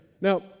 Now